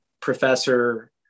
professor